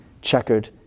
checkered